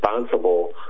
responsible